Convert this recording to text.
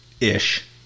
ish